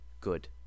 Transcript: good